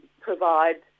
provide